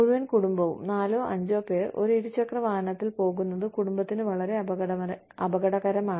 മുഴുവൻ കുടുംബവും നാലോ അഞ്ചോ പേർ ഒരു ഇരുചക്രവാഹനത്തിൽ പോകുന്നത് കുടുംബത്തിന് വളരെ അപകടകരമാണ്